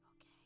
Okay